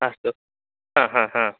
अस्तु हा हा हा